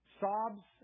sobs